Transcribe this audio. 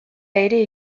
ere